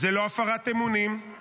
זו לא הפרת אמונים,